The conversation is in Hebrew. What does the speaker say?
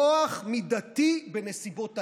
כוח מידתי בנסיבות העניין.